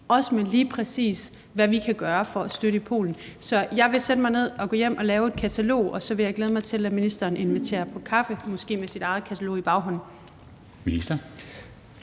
med lige præcis, hvad vi kan gøre for at støtte i Polen. Så jeg vil gå hjem og sætte mig ned og lave et katalog, og så vil jeg glæde mig til, at ministeren inviterer på kaffe, måske med sit eget katalog i baghånden.